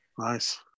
Nice